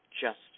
justice